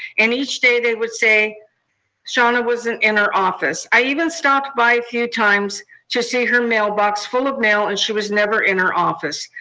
and each day they would say shauna wasn't in her office. i even stopped by a few times to see her mailbox full of mail, and she was never in her office.